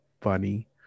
funny